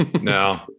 No